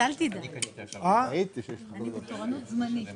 אני אסביר להם.